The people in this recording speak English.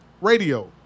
Radio